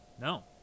No